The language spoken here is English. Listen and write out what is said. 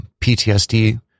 PTSD